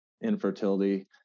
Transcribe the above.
infertility